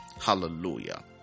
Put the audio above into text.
Hallelujah